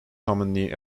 commonly